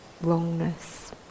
wrongness